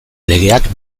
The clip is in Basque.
legeak